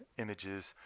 images.